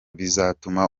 bizatuma